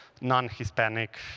non-Hispanic